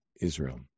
Israel